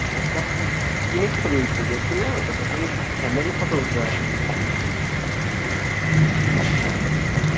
গোটা তিনেক ছবি উঠব বেশি না গোটা তিনেক ফ্যামিলি ফটো উঠব আর কি হ্যাঁ